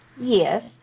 Yes